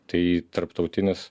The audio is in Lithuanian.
tai tarptautinis